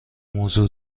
موضوع